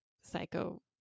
psycho